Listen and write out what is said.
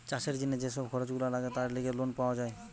চাষের জিনে যে সব খরচ গুলা লাগে তার লেগে লোন পাওয়া যায়